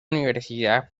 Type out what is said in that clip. universidad